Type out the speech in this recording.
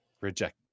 reject